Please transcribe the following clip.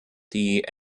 die